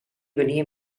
venia